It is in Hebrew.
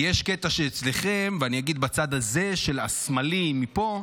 כי יש קטע אצלכם, אני אגיד, בצד הזה, השמאלי מפה,